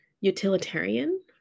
utilitarian